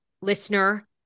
listener